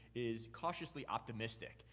is cautiously optimistic.